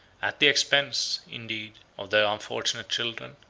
at the expense, indeed, of their unfortunate children,